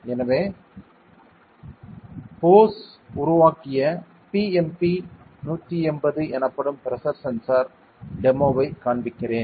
எனவே போஸ் உருவாக்கிய BMP180 எனப்படும் பிரஷர் சென்சார் டெமோவைக் காண்பிக்கிறேன்